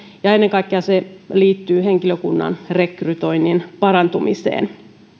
ja ennen kaikkea se liittyy henkilökunnan rekrytoinnin parantumiseen